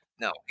No